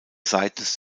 seitens